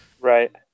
Right